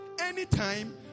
Anytime